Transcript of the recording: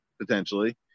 potentially